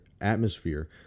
atmosphere